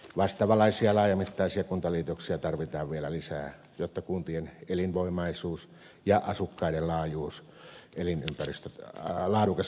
vastaavanlaisia laajamittaisia kuntaliitoksia tarvitaan vielä lisää jotta kuntien elinvoimaisuus ja asukkaiden laadukas elinympäristö taataan